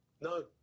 No